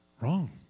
wrong